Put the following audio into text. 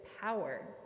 power